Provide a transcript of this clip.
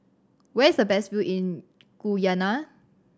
where is the best view in Guyana